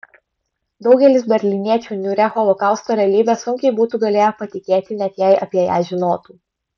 daugelis berlyniečių niūria holokausto realybe sunkiai būtų galėję patikėti net jei apie ją žinotų